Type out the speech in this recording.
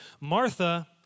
Martha